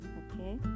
okay